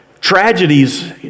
Tragedies